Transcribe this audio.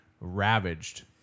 ravaged